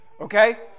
Okay